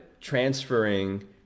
transferring